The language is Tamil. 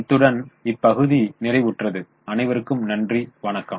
இத்துடன் இப்பகுதி நிறைவுற்றது அனைவருக்கும் நன்றி வணக்கம்